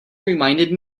reminded